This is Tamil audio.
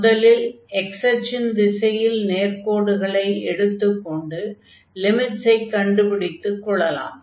முதலில் x அச்சின் திசையில் நேர்க்கோடுகளை எடுத்துக் கொண்டு லிமிட்ஸை கண்டுபிடித்துக் கொள்ளலாம்